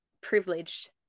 privileged